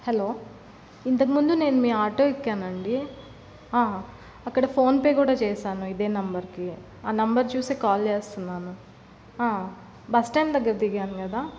hello ఇంతకు ముందు నేను మీ ఆటో ఎక్కానండి అక్కడ ఫోన్ పే కూడా చేశాను ఇదే నంబర్కి ఆ నెంబర్ చూసి కాల్ చేస్తున్నాను బస్టాండ్ దగ్గర దిగాను కదా